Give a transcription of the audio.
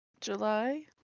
July